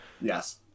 yes